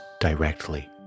directly